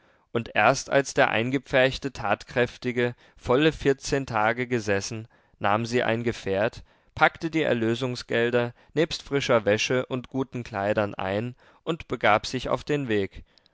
und erst als der eingepferchte tatkräftige volle vierzehn tage gesessen nahm sie ein gefährt packte die erlösungsgelder nebst frischer wäsche und guten kleidern ein und begab sich auf den weg